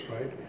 right